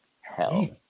Hell